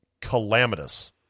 calamitous